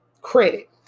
credit